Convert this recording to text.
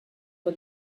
for